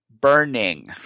burning